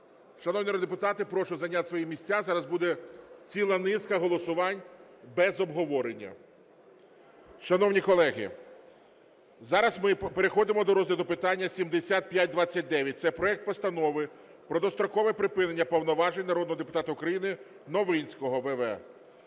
народні депутати, прошу зайняти свої місця, зараз буде ціла низка голосувань без обговорення. Шановні колеги, зараз ми переходимо до розгляду питання 7529. Це проект Постанови про дострокове припинення повноважень народного депутата України Новинського В.В.